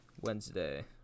Wednesday